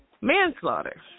manslaughter